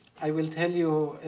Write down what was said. i will tell you